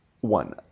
One